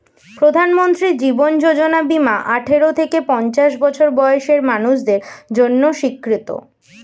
প্রধানমন্ত্রী জীবন যোজনা বীমা আঠারো থেকে পঞ্চাশ বছর বয়সের মানুষদের জন্য স্বীকৃত